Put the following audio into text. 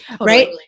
right